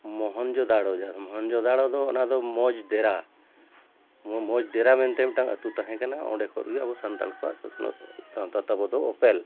ᱢᱚᱦᱮᱱᱡᱳᱫᱟᱲᱳ ᱡᱟᱦᱟᱸ ᱫᱚ ᱢᱚᱦᱮᱱᱡᱳᱫᱟᱲᱳ ᱫᱚ ᱚᱱᱟᱫᱚ ᱢᱚᱡᱽ ᱰᱮᱨᱟ ᱢᱚᱡᱽ ᱰᱮᱨᱟ ᱢᱮᱱᱛᱮ ᱢᱤᱫᱴᱟᱝ ᱟᱛᱳ ᱛᱟᱦᱮᱸ ᱠᱟᱱᱟ ᱚᱸᱰᱮ ᱠᱷᱚᱱᱜᱮ ᱟᱵᱚ ᱥᱟᱱᱛᱟᱞ ᱠᱚᱣᱟᱜ ᱥᱚᱥᱱᱚᱜ ᱥᱟᱶᱛᱟ ᱛᱟᱵᱚᱱ ᱫᱚ ᱚᱯᱮᱞ